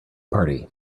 party